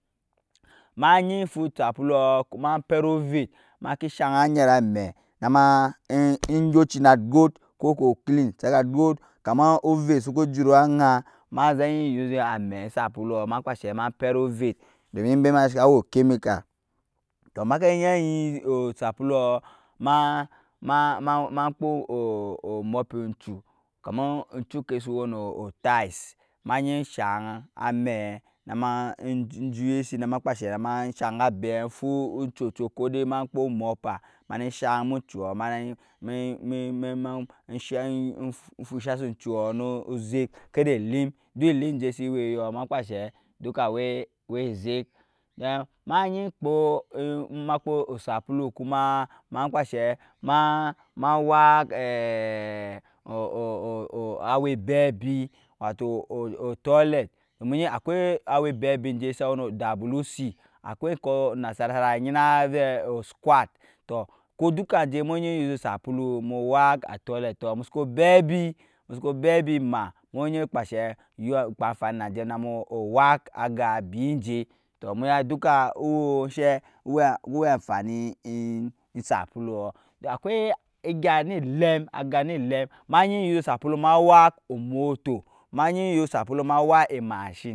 Ma jyi fu osapulu ma pɛr ovɛt maki shang gɛra mɛ nama jgɔtce na gɔt kama ovɛt suku jur ajan ma zɛ ji using amɛi osapulu makpashɛ ma pɛt ovɛt domin embɛ ma ca wɛ ochemical tɔɔ maki ɛya using osapulu ma kpɔɔ omɔping ogcu kama ogchu kɛi su owɛi nɔɔ otis ma enyi shong amɛi nama e juyɛsi nama ekpashɛi ma shank ga abɛ fu ugchɔchɔɔ kode ma fu omɔpa. fusha shi ugchuɔ nu uzɛk itada elim duk elim jɛ si wwɛi yɔɔ ma kpashɛ duka wɛi zɛk, ma in lapa ejmaku osapulu kuma makpa shɛi ma wak. a wa bɛbi watɔ otoilɛt mu jyi akwai awa jɛ sa wɛi nu wc akwɛi kɔɔ banalatɔɔ sana gna vɛ osguad tɔɔ kɔɔ dukan jɛ mu ɛya using osapulu muwak otoilɛt musuku bɛby ma mungyi kapshɛ kap amfani najɛ namu wak aga eburunjɛ tɔɔ muya duka owɔɔ ɛshɛ? Owɛi amfani in osapulu tɔɔ akwai ɛgya aga nɛ elɛm ma iya using osapulu ma wak omɔtɔɔ ma iya using osapulu ma wak emashin,